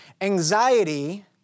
Anxiety